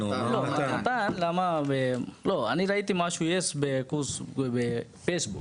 לא, מתן, לא, אני ראיתי משהו יש קורס בפייסבוק.